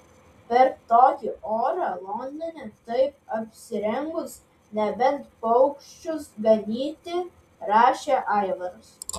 per tokį orą londone taip apsirengus nebent paukščius ganyti rašė aivaras